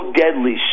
deadly